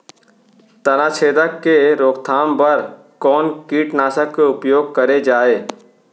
तनाछेदक के रोकथाम बर कोन कीटनाशक के उपयोग करे जाये?